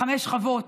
חוות,